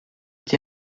été